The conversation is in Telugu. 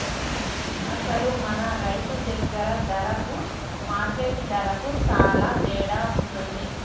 అసలు మన రైతు దగ్గర ధరకు మార్కెట్ ధరకు సాలా తేడా ఉంటుంది